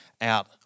out